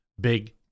big